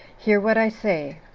hear what i say,